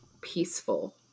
peaceful